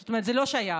זאת אומרת, זה לא שייך,